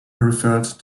referred